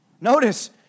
Notice